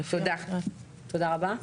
תודה, תודה רבה.